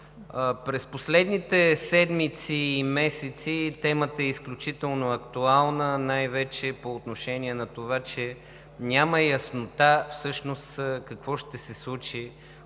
През последните седмици и месеци темата е изключително актуална, най-вече по отношение на това, че няма яснота всъщност какво ще се случи,